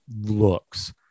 looks